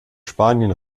spanien